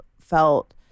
felt